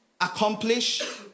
accomplish